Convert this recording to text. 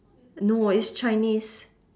no eh it's chinese